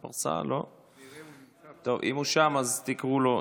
אם הוא בפרסה, תקראו לו.